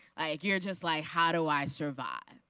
like you are just like how do i survive.